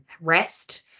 rest